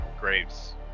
Graves